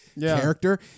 character